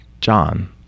John